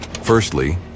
Firstly